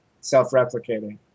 Self-replicating